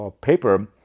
paper